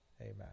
Amen